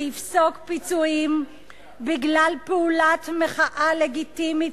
בית-משפט שיפסוק פיצויים בגלל פעולת מחאה לגיטימית,